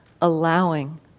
Allowing